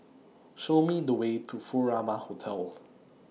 Show Me The Way to Furama Hotel